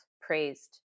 praised